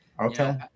okay